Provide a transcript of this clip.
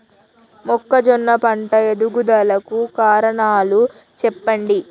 మొక్కజొన్న పంట ఎదుగుదల కు కారణాలు చెప్పండి?